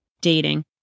dating